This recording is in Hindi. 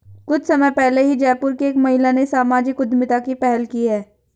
कुछ समय पहले ही जयपुर की एक महिला ने सामाजिक उद्यमिता की पहल की है